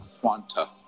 quanta